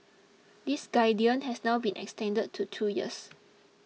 this guidance has now been extended to two years